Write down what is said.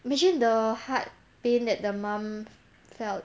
imagine the heart pain that the mom felt